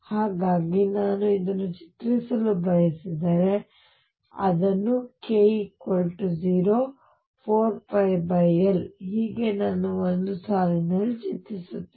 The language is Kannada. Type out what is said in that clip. ಹಾಗಾಗಿ ನಾನು ಇದನ್ನು ಚಿತ್ರಿಸಲು ಬಯಸಿದರೆ ನಾನು ಅದನ್ನು k 0 ಪ್ರತಿ 2πL ಗೆ ಒಂದು k ಮೌಲ್ಯವಿದೆ 4πL ಹೀಗೆ ಒಂದು ಸಾಲಿನಲ್ಲಿ ಚಿತ್ರಿಸುತ್ತೇನೆ